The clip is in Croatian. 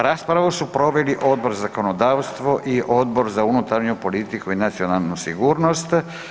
Raspravu su proveli Odbor za zakonodavstvo i Odbor za unutarnju politiku i nacionalnu sigurnost.